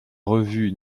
revue